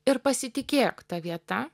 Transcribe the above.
ir pasitikėk ta vieta